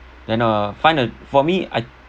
then uh find a for me I